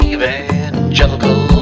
Evangelical